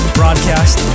broadcast